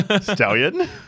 Stallion